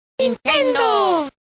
¡Nintendo